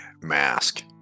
mask